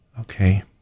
Okay